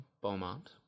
Beaumont